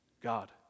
God